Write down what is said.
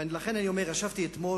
לכן אני אומר שאתמול